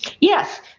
Yes